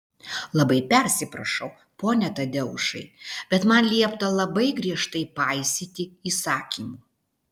labai persiprašau pone tadeušai bet man liepta labai griežtai paisyti įsakymų